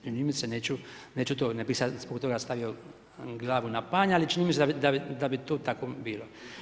Čini mi se, neću to, ne bih zbog toga stavio glavu na panj ali čini mi se da bi tu tako bilo.